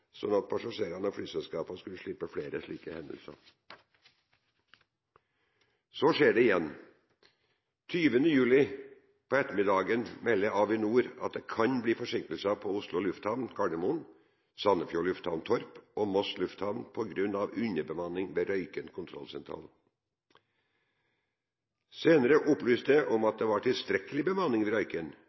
at passasjerene og flyselskapene skulle slippe flere slike hendelser. Så skjer det igjen: 20. juli, på ettermiddagen, melder Avinor at det kan bli forsinkelser på Oslo Lufthavn Gardermoen, Sandefjord Lufthavn Torp og Moss Lufthavn på grunn av underbemanning ved Røyken kontrollsentral. Senere opplyses det om at det var tilstrekkelig bemanning ved